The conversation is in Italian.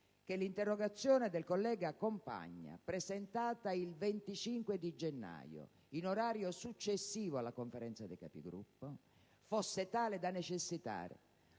che l'interrogazione del collega Compagna, presentata il 25 gennaio, in orario successivo alla Conferenza dei Capigruppo, fosse tale da necessitare